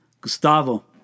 Gustavo